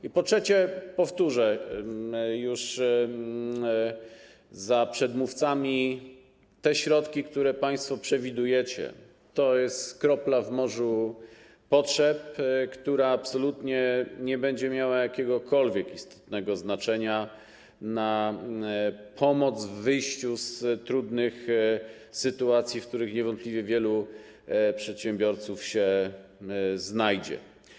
I po trzecie, powtórzę już za przedmówcami, te środki, które państwo przewidujecie, to jest kropla w morzu potrzeb, która absolutnie nie będzie miała jakiegokolwiek istotnego znaczenia, chodzi o pomoc w wyjściu z trudnych sytuacji, w których niewątpliwie wielu przedsiębiorców się znajdzie.